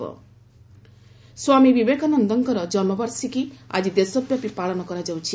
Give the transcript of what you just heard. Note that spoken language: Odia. ପିଏମ୍ ବିବେକାନନ୍ଦ ସ୍ୱାମୀ ବିବେକାନନ୍ଦଙ୍କର ଜନ୍ମବାର୍ଷିକୀ ଆଜି ଦେଶବ୍ୟାପି ପାଳନ କରାଯାଉଛି